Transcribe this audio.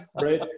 right